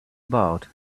about